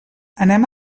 anem